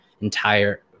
entire